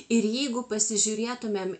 ir jeigu pasižiūrėtumėm